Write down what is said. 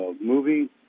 movie